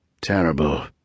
Terrible